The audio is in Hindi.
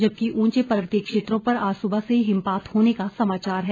जबकि ऊंचे पर्वतीय क्षेत्रों पर आज सुबह से ही हिमपात होने का समाचार है